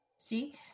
See